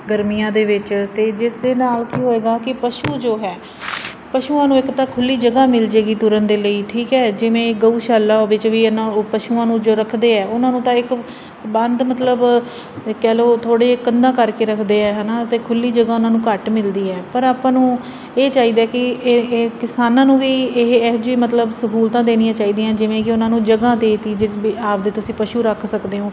ਗਰਮੀਆਂ ਦੇ ਵਿੱਚ ਅਤੇ ਜਿਸ ਦੇ ਨਾਲ ਕੀ ਹੋਏਗਾ ਕਿ ਪਸ਼ੂ ਜੋ ਹੈ ਪਸ਼ੂਆਂ ਨੂੰ ਇੱਕ ਤਾਂ ਖੁੱਲ੍ਹੀ ਜਗ੍ਹਾ ਮਿਲ ਜਾਏਗੀ ਤੁਰਨ ਦੇ ਲਈ ਠੀਕ ਹੈ ਜਿਵੇਂ ਗਊਸ਼ਾਲਾ ਹੋਵੇ 'ਚ ਵੀ ਪਸ਼ੂਆਂ ਨੂੰ ਜੋ ਰੱਖਦੇ ਹੈ ਉਹਨਾਂ ਨੂੰ ਤਾਂ ਇੱਕ ਬੰਦ ਮਤਲਬ ਕਹਿ ਲਓ ਥੋੜ੍ਹੀ ਕੰਧਾਂ ਕਰਕੇ ਰੱਖਦੇ ਹੈ ਹੈ ਨਾ ਅਤੇ ਖੁੱਲ੍ਹੀ ਜਗ੍ਹਾ ਉਹਨਾਂ ਨੂੰ ਘੱਟ ਮਿਲਦੀ ਹੈ ਪਰ ਆਪਾਂ ਨੂੰ ਇਹ ਚਾਹੀਦਾ ਕਿ ਇਹ ਕਿਸਾਨਾਂ ਨੂੰ ਵੀ ਇਹ ਇਹੋ ਜਿਹੇ ਮਤਲਬ ਸਹੂਲਤਾਂ ਦੇਣੀਆਂ ਚਾਹੀਦੀਆਂ ਜਿਵੇਂ ਕਿ ਉਹਨਾਂ ਨੂੰ ਜਗ੍ਹਾ ਦੇ ਦਿੱਤੀ ਆਪਣੇ ਤੁਸੀਂ ਪਸ਼ੂ ਰੱਖ ਸਕਦੇ ਓਂ